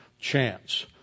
chance